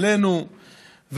עלינו,